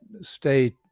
state